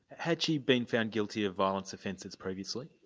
had she been found guilty of violence offences previously?